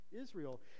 israel